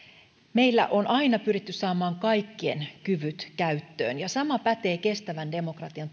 meillä on aina pyritty saamaan kaikkien kyvyt käyttöön ja sama pätee kestävän demokratian